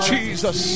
Jesus